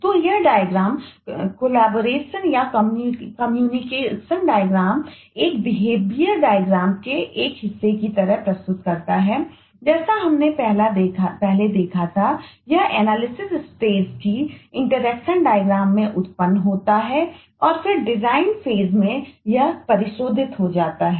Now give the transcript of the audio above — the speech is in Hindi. तो यह डायग्राम हो जाता है